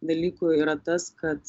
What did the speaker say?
dalykų yra tas kad